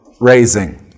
raising